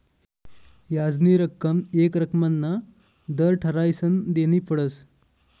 याजनी रक्कम येक रक्कमना दर ठरायीसन देनी पडस